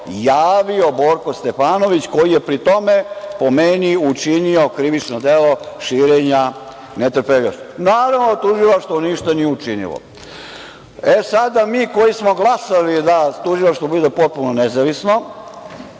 javio Borko Stefanović, koji je pri tome, po meni, učinio krivično delo širenja netrpeljivosti. Naravno, Tužilaštvo ništa nije učinilo. Sada, mi koji smo glasali da Tužilaštvo bude potpuno nezavisno